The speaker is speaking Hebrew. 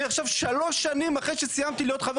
אני עכשיו שלוש שנים אחרי שסיימתי להיות חבר